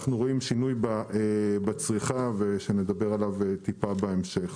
אנחנו רואים שינוי בצריכה שנדבר עליו טיפה בהמשך.